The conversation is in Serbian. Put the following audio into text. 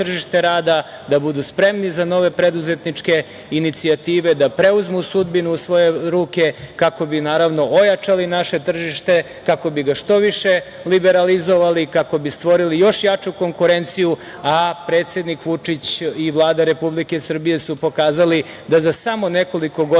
da budu spremni za nove preduzetničke inicijative, da preuzmu sudbinu u svoje ruke, kako bi naravno ojačali naše tržište, kako bi ga što više liberalizovali kako bi ga što više liberalizovali, kako bi stvorili još jaču konkurenciju. Predsednik Vučić i Vlada Republike Srbije su pokazali da za samo nekoliko godina